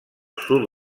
sud